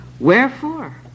Wherefore